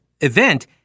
event